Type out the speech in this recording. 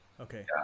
Okay